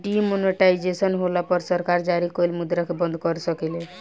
demonetisation होला पर सरकार जारी कइल मुद्रा के बंद कर सकेले